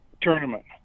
tournament